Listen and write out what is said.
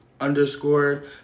underscore